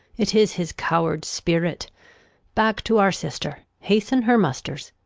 it is his coward spirit back to our sister, hasten her musters,